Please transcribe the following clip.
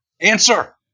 answer